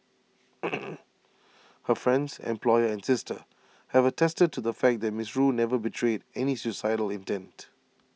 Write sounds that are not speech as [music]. [noise] her friends employer and sister have attested to the fact that Ms rue never betrayed any suicidal intent